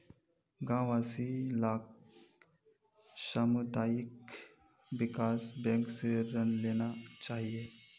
गांव वासि लाक सामुदायिक विकास बैंक स ऋण लेना चाहिए